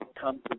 come